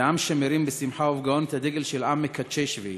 זה עם שמרים בשמחה ובגאון את הדגל של עם מקדשי שביעי.